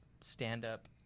stand-up